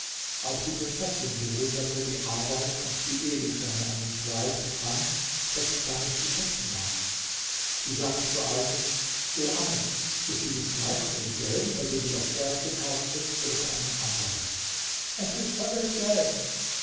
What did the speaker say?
auch die prinzessin bewunderte die arbeit und die edelsteine an dem kleid und fand daß es gar nicht zu schätzen war sie sagte zur alten o amme ist dieses kleid von demselben bei dem du das erste kauftest oder von einem anderen es ist vom demselben